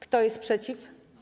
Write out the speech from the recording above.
Kto jest przeciw?